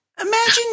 imagine